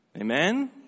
Amen